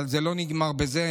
אבל זה לא נגמר בזה.